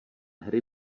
hry